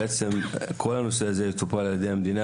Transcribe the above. ושכל הנושא הזה יטופל על ידי המדינה